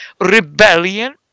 rebellion